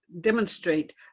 demonstrate